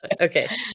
okay